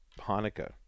Hanukkah